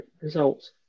results